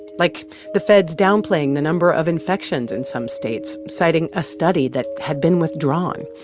like the feds downplaying the number of infections in some states, citing a study that had been withdrawn.